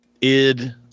id